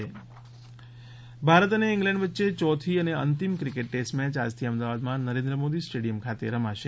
cricket Bharat અને England વચ્ચે ચોથી અને અંતિમ ક્રિકેટ ટેસ્ટમેચ આજથી અમદાવાદમાં નરેન્દ્ર મોદી સ્ટેડિયમ ખાતે રમાશે